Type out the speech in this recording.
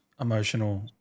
emotional